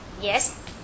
yes